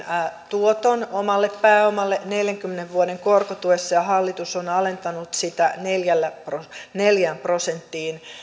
tuoton omalle pääomalle neljänkymmenen vuoden korkotuessa ja hallitus on alentanut sitä neljään prosenttiin